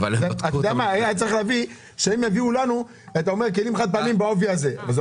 אתה אומר "כלים חד-פעמיים בעובי זהה" אז שיביאו ויראו לנו.